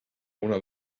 una